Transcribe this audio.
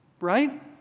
right